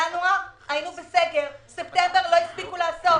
בינואר היינו בסגר ובספטמבר לא הספיקו לאסוף.